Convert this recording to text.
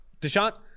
Deshaun